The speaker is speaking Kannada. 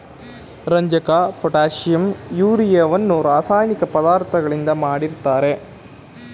ರಂಜಕ, ಪೊಟ್ಯಾಷಿಂ, ಯೂರಿಯವನ್ನು ರಾಸಾಯನಿಕ ಪದಾರ್ಥಗಳಿಂದ ಮಾಡಿರ್ತರೆ